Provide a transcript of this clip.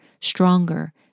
stronger